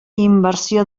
inversió